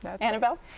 Annabelle